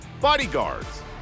Bodyguards